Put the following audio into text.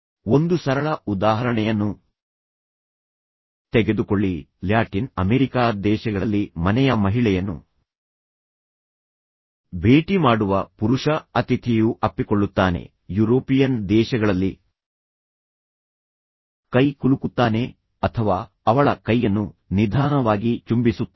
ಒಂದು ಸರಳ ಉದಾಹರಣೆಯನ್ನು ತೆಗೆದುಕೊಳ್ಳಿ ಲ್ಯಾಟಿನ್ ಅಮೆರಿಕಾದ ದೇಶಗಳಲ್ಲಿ ಮನೆಯ ಮಹಿಳೆಯನ್ನು ಭೇಟಿ ಮಾಡುವ ಪುರುಷ ಅತಿಥಿಯು ಅಪ್ಪಿಕೊಳ್ಳುತ್ತಾನೆ ಯುರೋಪಿಯನ್ ದೇಶಗಳಲ್ಲಿ ಕೈ ಕುಲುಕುತ್ತಾನೆ ಅಥವಾ ಅವಳ ಕೈಯನ್ನು ನಿಧಾನವಾಗಿ ಚುಂಬಿಸುತ್ತಾನೆ